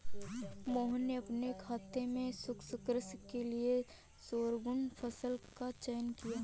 मोहन ने अपने खेत में शुष्क कृषि के लिए शोरगुम फसल का चयन किया है